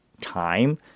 time